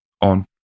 on